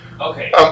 Okay